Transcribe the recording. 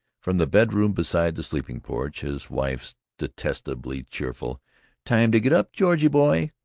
from the bedroom beside the sleeping-porch, his wife's detestably cheerful time to get up, georgie boy,